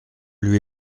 lui